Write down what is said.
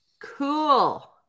Cool